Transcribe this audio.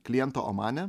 klientą omane